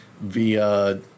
via